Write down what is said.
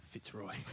Fitzroy